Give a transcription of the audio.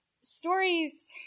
Stories